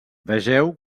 vegeu